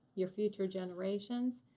your future generations.